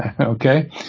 okay